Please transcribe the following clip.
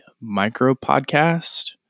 micro-podcast